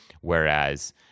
whereas